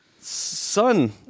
son